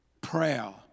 Prayer